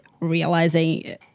realizing